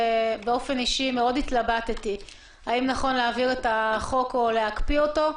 באופן אישי מאוד התלבטתי: האם נכון להעביר את החוק או להקפיא אותו.